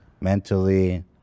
mentally